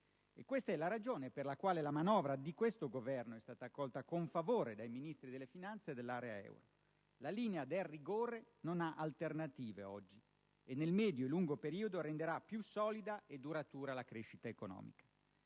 Questa è la ragione per la quale la manovra di questo Governo è stata accolta con favore dai Ministri delle finanze dell'area euro. La linea del rigore oggi non ha alternative e nel medio-lungo periodo renderà più solida e duratura la crescita economica.